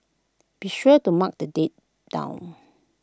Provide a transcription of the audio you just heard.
be sure to mark the date down